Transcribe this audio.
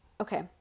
Okay